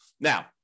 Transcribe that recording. Now